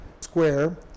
square